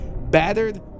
battered